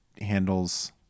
handles